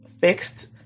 fixed